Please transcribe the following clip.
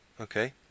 Okay